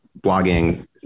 blogging